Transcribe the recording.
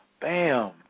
Bam